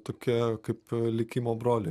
tokie kaip likimo broliai